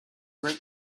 great